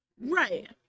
right